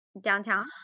downtown